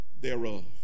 thereof